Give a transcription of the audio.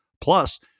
plus